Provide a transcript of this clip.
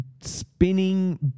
spinning